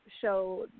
show